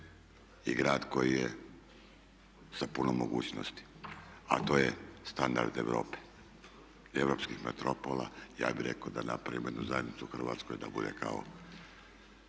i grad koji je sa puno mogućnosti, a to je standard Europe, europskih metropola. Ja bih rekao da napravimo jedno zajedništvo u Hrvatskoj da bude kao